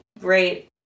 great